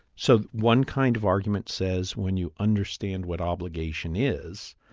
so one kind of argument says when you understand what obligation is,